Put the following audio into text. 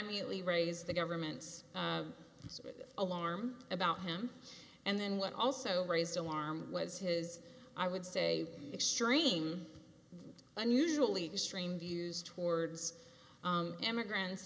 immediately raised the government's alarm about him and then what also raised alarm was his i would say extreme unusually constrained views towards immigrants